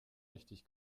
richtig